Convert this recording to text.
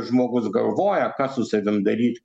žmogus galvoja ką su savim daryt